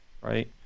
right